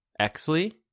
Exley